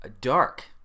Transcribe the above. dark